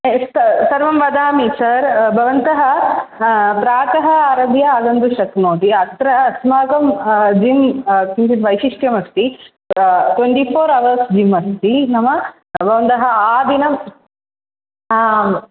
एस्ट् सर्वं वदामि सर् भवन्तः प्रातः आरभ्य आगन्तुं शक्नोति अत्र अस्माकं जिम् किञ्चित् वैशिष्ट्यमस्ति ट्वेण्टि फ़ोर् अवर्स् जिम् अस्ति नाम भवन्तः आदिनम् आम्